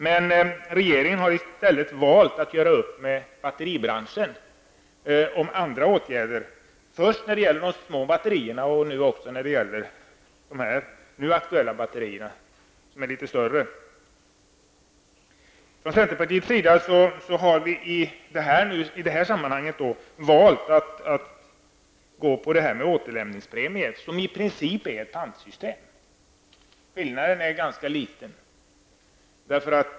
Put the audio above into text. Men regeringen har i stället valt att göra upp med batteribranschen om andra åtgärder -- först när det gäller de små batterierna och sedan också när det gäller de nu aktuella batterierna, som är litet större. Från centerpartiets sida har vi i det här sammanhanget valt att förorda återlämningspremie, som i princip är ett pantsystem. Skillnaden är ganska liten.